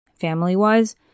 Family-wise